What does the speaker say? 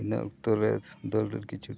ᱤᱱᱟᱹ ᱚᱠᱛᱚ ᱨᱮ ᱫᱟᱹᱲ ᱨᱮᱭᱟᱜ ᱠᱤᱪᱷᱩ